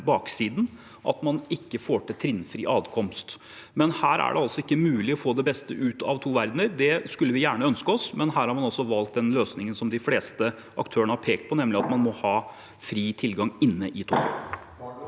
billigere 2023 kollektivtilbud til alle Her er det altså ikke mulig å få det beste ut av to verdener. Det skulle vi gjerne ønske oss, men her har man altså valgt den løsningen som de fleste aktørene har pekt på, nemlig at man må ha fri tilgang inne i toget.